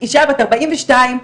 אישה בת ארבעים ושתיים,